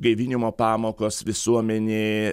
ir gaivinimo pamokos visuomenė